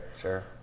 Sure